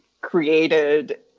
created